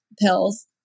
pills